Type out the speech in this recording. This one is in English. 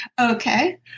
Okay